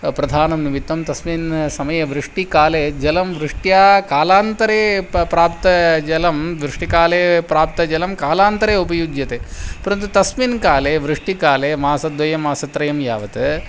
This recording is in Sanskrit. प्रधानं निमित्तं तस्मिन् समये वृष्टिकाले जलं वृष्ट्या कालान्तरे प् प्राप्ता जलं वृष्टिकाले प्राप्तजलं कालान्तरे उपयुज्यते परन्तु तस्मिन् काले वृष्टिकाले मासद्वयं मासत्रयं यावत्